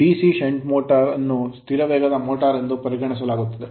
ಆದ್ದರಿಂದ DC shunt motor shunt motor ಅನ್ನು ಸ್ಥಿರ ವೇಗದ ಮೋಟರ್ ಎಂದು ಪರಿಗಣಿಸಲಾಗುತ್ತದೆ